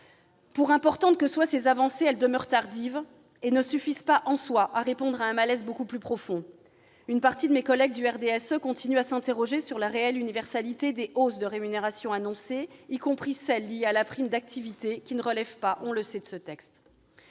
Pour importantes qu'elles soient, ces avancées demeurent tardives et ne suffisent pas, en elles-mêmes, à répondre à un malaise beaucoup plus profond. Une partie de mes collègues du RDSE continuent de s'interroger sur la réelle universalité des hausses de rémunérations annoncées, y compris celles qui sont liées à la prime d'activité, lesquelles ne relèvent pas- on le sait -de ce texte.